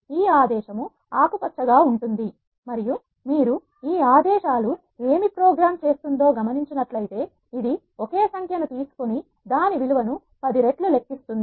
ఈ ఆదేశం ఆకు పచ్చగా ఉంటుంది మరియు మీరు ఈ ఆదేశాలు ఏమి ప్రోగ్రాం చేస్తుందో గమనించు నట్లయితే ఇది ఒకే సంఖ్య ను తీసుకొని దాని విలువ ను పది రెట్లు లెక్కిస్తుంది